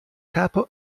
capo